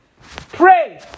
pray